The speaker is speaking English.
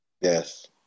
Yes